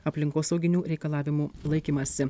aplinkosauginių reikalavimų laikymąsi